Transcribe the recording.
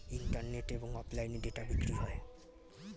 ইন্টারনেটে এবং অফলাইনে ডেটা বিক্রি হয়